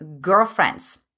girlfriends